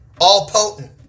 all-potent